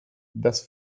das